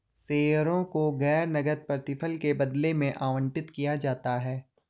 शेयरों को गैर नकद प्रतिफल के बदले में आवंटित किया जाता है